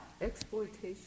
Exploitation